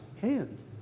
hand